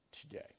today